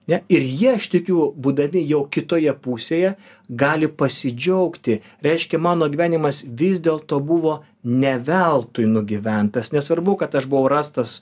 ne ir jie aš tikiu būdami jau kitoje pusėje gali pasidžiaugti reiškia mano gyvenimas vis dėlto buvo ne veltui nugyventas nesvarbu kad aš buvau rastas